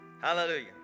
Hallelujah